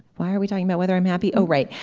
why are we talking about whether i'm happy oh right.